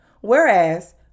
Whereas